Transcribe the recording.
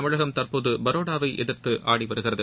தமிழகம் தற்போது பரோடாவை எதிர்த்து ஆடிவருகிறது